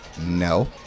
no